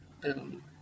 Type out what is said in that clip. boom